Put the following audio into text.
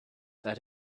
that